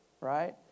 right